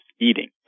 eating